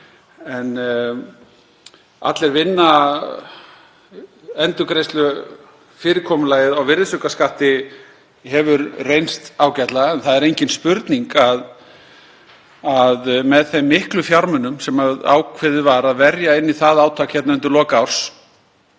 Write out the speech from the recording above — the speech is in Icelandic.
En Allir vinna-endurgreiðslufyrirkomulagið á virðisaukaskatti hefur reynst ágætlega. Það er engin spurning að með þeim miklu fjármunum sem ákveðið var að verja í það átak undir lok árs